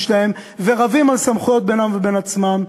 שלהם ורבים על סמכויות בינם לבין עצמם,